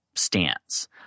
stance